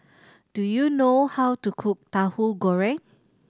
do you know how to cook Tahu Goreng